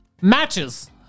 Matches